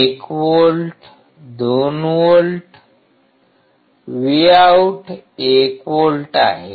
1 volt 2 volt Vout 1 volt आहे